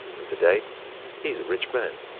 and today he is a rich man.